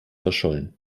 verschollen